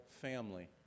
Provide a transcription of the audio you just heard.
family